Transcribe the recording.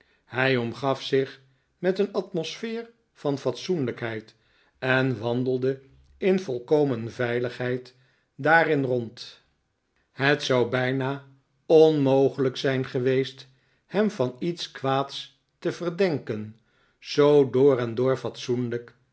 hij omgaf zich met een atmosfeer van fatsoenlijkheid en wandelde in volkomen veiligheid daarin rond het zou bijna onmogelijk zijn geweest hem van iets kwaads te verdenken zoo door en door fatsoenlijk